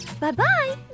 Bye-bye